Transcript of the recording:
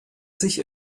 sich